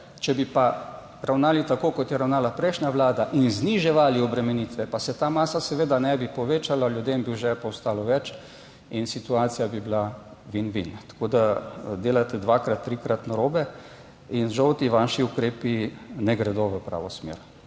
Če bi pa ravnali tako kot je ravnala prejšnja vlada in zniževali obremenitve, pa se ta masa seveda ne bi povečala, ljudem bi v žepu ostalo več in situacija bi bila win win. Tako, da delate dvakrat, trikrat narobe. In žal ti vaši ukrepi ne gredo v pravo smer,